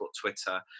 twitter